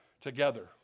together